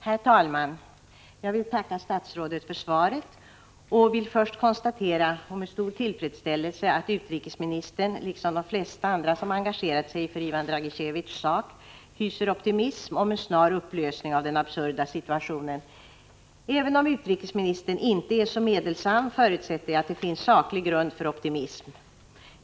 Herr talman! Jag vill tacka statsrådet för svaret. Först konstaterar jag med stor tillfredsställelse att utrikesministern, liksom de flesta andra som engagerat sig för Ivan Dragiteviés sak, hyser optimism om en snar upplösning av den absurda situationen. Även om utrikesminis 53 tern inte är så meddelsam, förutsätter jag att det finns saklig grund för optimism.